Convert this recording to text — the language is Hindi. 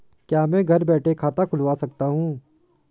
क्या मैं घर बैठे खाता खुलवा सकता हूँ?